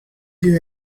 you